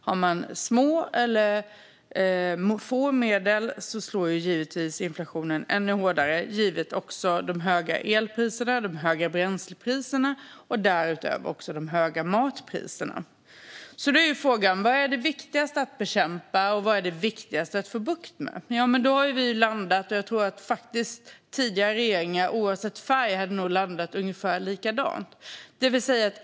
Har man få eller små medel slår givetvis inflationen ännu hårdare, också givet de höga elpriserna, de höga bränslepriserna och därutöver de höga matpriserna. Frågan är: Vad är det viktigaste att bekämpa, och vad är det viktigaste att få bukt med? Jag tror att tidigare regeringar oavsett färg nog hade landat ungefär likadant.